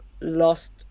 lost